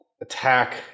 attack